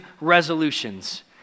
resolutions